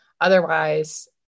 otherwise